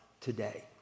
today